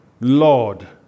Lord